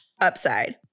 upside